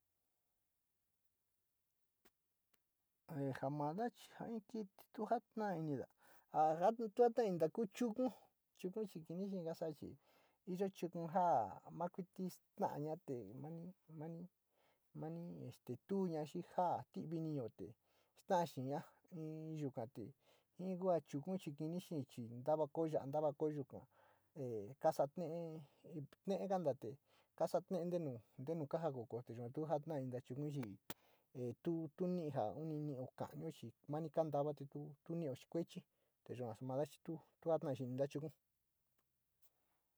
he njamanda chiá njan iin kiti tuu, njana'á inindá anga kuu ndaté nda kuu chukú, chukú kinichi ngaxachí iin chukú nja'á makuñi taña'a té mani-mani-mani este tuña xhinjatí kiniñoté exta'a xhiña'á iin yukaté iin kua chuku ni xhein xhin ndava'á ako'o yanda ako'o yikón, nde kaxa'a ne'e he njenande kaxa'a tene nuu ndenuu kaja ngokoté yuu tuu njanaí ndene chuu yuní he tuu tu ninjá onini ho kaño xhii mañi kandava ti'ó tuu nio xhiñi ndeñoá maxhitu tuatua xhia ndachu'u.